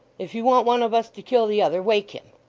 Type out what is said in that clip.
if you want one of us to kill the other, wake him